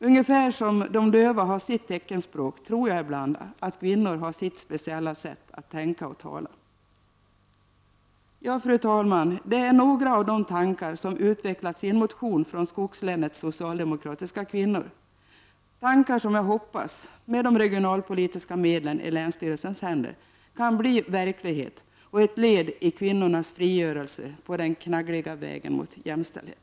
Ungefär så som de döva har sitt teckenspråk tror jag ibland att kvinnor har sitt speciella sätt att tänka och tala. Fru talman! Det är några av de tankar som utvecklats i en motion från skogslänets socialdemokratiska kvinnor. Tankar som jag hoppas — med de regionalpolitiska medlen i länsstyrelsens händer — kan bli verklighet och ett led i kvinnornas frigörelse på den knaggliga vägen mot jämställdhet.